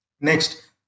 Next